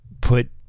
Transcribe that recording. put